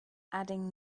adding